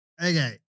okay